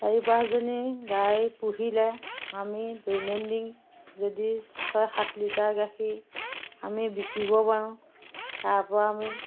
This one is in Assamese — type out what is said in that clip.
চাৰি পাঁচজনী গাই পুহিলে আমি দৈনন্দিন যদি ছয় সাত লিটাৰ গাখীৰ আমি বিকিব পাৰোঁ তাৰপৰা আমি